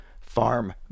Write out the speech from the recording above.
Farm